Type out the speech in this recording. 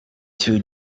two